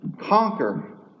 conquer